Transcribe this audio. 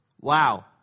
wow